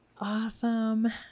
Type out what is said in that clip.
awesome